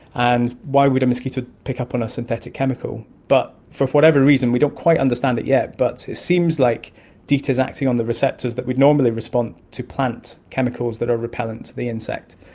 and why would a mosquito pick up on a synthetic chemical? but for whatever reason, we don't quite understand it yet, but it seems like deet is acting on the receptors that would normally respond to plant chemicals that are repellent to the insect.